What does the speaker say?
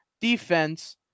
defense